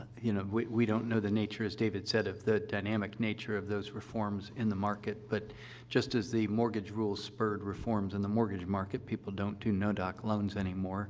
you know, we we don't know the nature, as david said, of the dynamic nature of those reforms in the market, but just as the mortgage rule spurred reforms in the mortgage market people don't do no-doc loans anymore